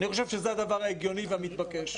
אני חושב שזה הדבר ההגיוני והמתבקש.